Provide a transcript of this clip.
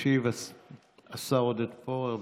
ישיב השר עודד פורר.